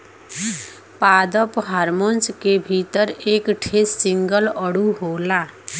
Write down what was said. पादप हार्मोन के भीतर एक ठे सिंगल अणु होला